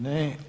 Ne.